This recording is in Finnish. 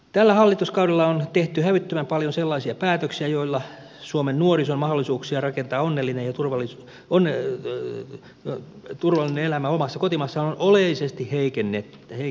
tällä hallituskaudella on tehty hävyttömän paljon sellaisia päätöksiä joilla suomen nuorison mahdollisuuksia rakentaa onnellinen ja turvallinen elämä omassa kotimaassaan on oleellisesti heikennetty